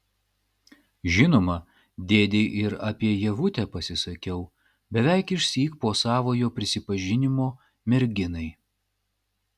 žinoma dėdei ir apie ievutę pasisakiau beveik išsyk po savojo prisipažinimo merginai